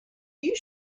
you